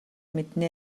мэднэ